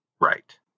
right